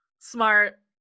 smart